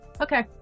Okay